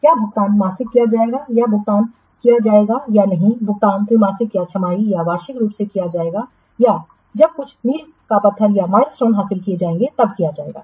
क्या भुगतान मासिक किया जाएगा या भुगतान किया जाएगा या नहीं भुगतान त्रैमासिक या छमाही या वार्षिक रूप से किया जाएगा या जब कुछ मील का पत्थर हासिल किया जाएगा